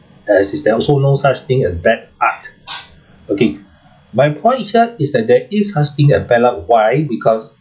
that is there is also no such thing as bad art okay my point here is that there is such thing as bad luck why because